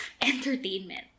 entertainment